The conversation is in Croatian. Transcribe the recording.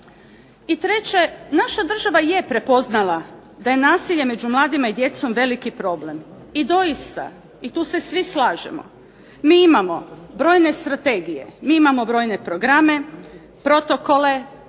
I treće, naša država je prepoznala da je nasilje među mladima i djecom veliki problem, i doista i tu se svi slažemo, mi imamo brojne strategije, mi imamo brojne programe, protokole, radne